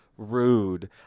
rude